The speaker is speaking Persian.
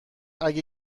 اگه